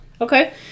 Okay